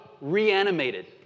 reanimated